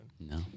no